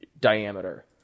diameter